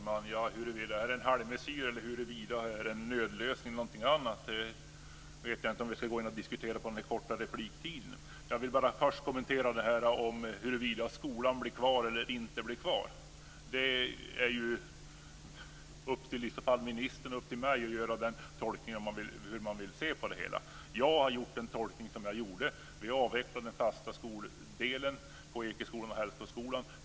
Fru talman! Huruvida det är en halvmesyr, en nödlösning eller någonting annat vet jag inte om vi ska gå in och diskutera under den här korta repliktiden. Jag vill först bara kommentera detta med huruvida skolan blir kvar eller inte. Det är i så fall upp till ministern och upp till mig att göra denna tolkning av hur man vill se på det hela. Jag har gjort den tolkning som jag gjorde: Vi avvecklar den fasta skoldelen på Ekeskolan och Hällsboskolan.